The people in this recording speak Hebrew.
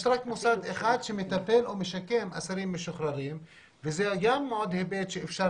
יש רק מוסד אחד שמטפל או משקם אסירים משוחררים וזה גם עוד היבט שמאפשר